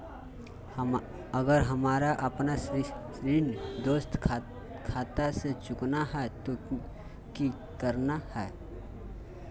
अगर हमरा अपन ऋण दोसर खाता से चुकाना है तो कि करना है?